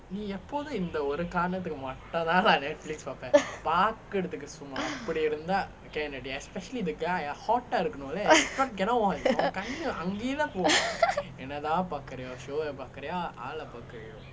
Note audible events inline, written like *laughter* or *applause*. *laughs*